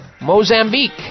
Mozambique